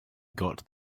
got